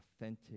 authentic